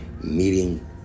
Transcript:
meeting